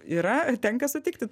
yra tenka sutikti